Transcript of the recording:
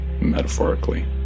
metaphorically